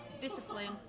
discipline